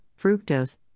fructose